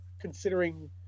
considering